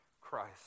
Christ